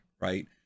right